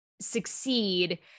succeed